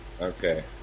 Okay